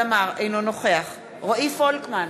אינו נוכח רועי פולקמן,